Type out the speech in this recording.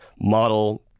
model